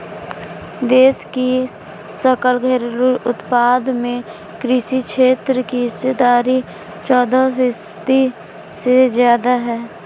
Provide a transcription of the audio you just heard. देश की सकल घरेलू उत्पाद में कृषि क्षेत्र की हिस्सेदारी चौदह फीसदी से ज्यादा है